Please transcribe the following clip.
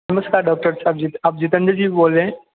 नमस्कार डॉक्टर साहब जी आप जितेंदर जी बोल रहे हैं